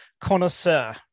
connoisseur